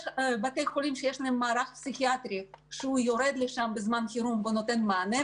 יש בתי חולים שיש להם מערך פסיכיאטרי שיורד לשם בזמן חירום ונותן מענה.